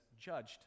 judged